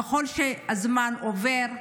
ככל שהזמן עובר,